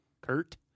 Kurt